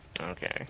Okay